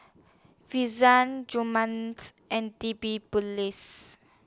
Gurments and